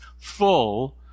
full